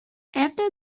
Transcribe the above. after